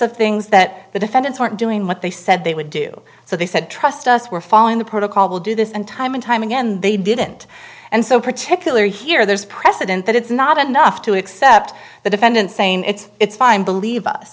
of things that the defendants weren't doing what they said they would do so they said trust us we're following the protocol will do this and time and time again they didn't and so particular here there's precedent that it's not enough to accept the defendant saying it's it's fine believe us